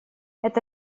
это